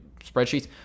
spreadsheets